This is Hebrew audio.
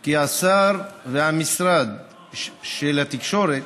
כי השר ומשרד התקשורת